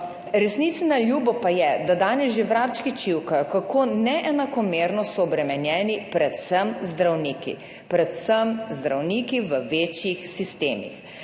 Resnici na ljubo pa je, da danes že vrabčki čivkajo, kako neenakomerno so obremenjeni predvsem zdravniki, predvsem zdravniki v večjih sistemih.